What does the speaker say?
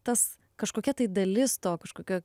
tas kažkokia tai dalis to kažkokio